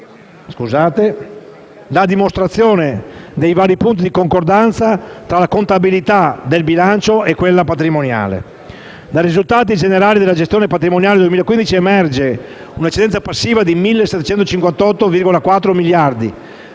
la dimostrazione dei vari punti di concordanza tra la contabilità del bilancio e quella patrimoniale. Dai risultati generali della gestione patrimoniale 2015 emerge una eccedenza passiva di 1.758,4 miliardi